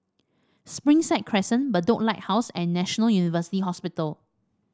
Springside Crescent Bedok Lighthouse and National University Hospital